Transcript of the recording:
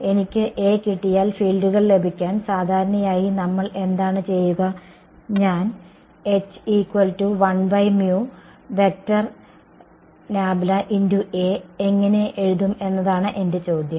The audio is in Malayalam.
എനിക്ക് A കിട്ടിയാൽ ഫീൽഡുകൾ ലഭിക്കാൻ സാധാരണയായി നമ്മൾ എന്താണ് ചെയ്യുക ഞാൻ എങ്ങനെ എഴുതും എന്നതാണ് എന്റെ ചോദ്യം